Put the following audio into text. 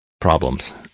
problems